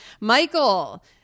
Michael